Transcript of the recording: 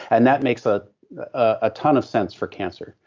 and that makes a ah ton of sense for cancer.